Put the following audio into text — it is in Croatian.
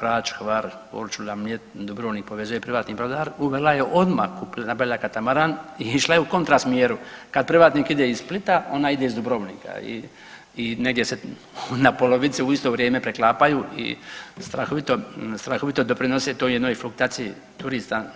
Brač, Hvar, Korčula, Mljet, Dubrovnik povezuje privatni brodar uvela je odmah nabavila katamaran i išla je u kontra smjeru, kad privatnik ide iz Splita onda ide iz Dubrovnika i negdje se na polovici u isto vrijeme preklapaju i strahovito doprinose toj jednoj fluktuaciji turista.